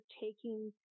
taking